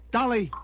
Dolly